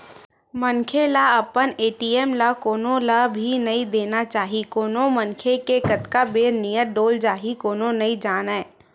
मनखे ल अपन ए.टी.एम ल कोनो ल भी नइ देना चाही कोन मनखे के कतका बेर नियत डोल जाही कोनो नइ जानय